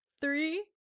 Three